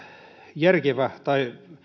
järkevä tai